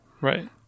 Right